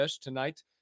tonight